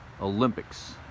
Olympics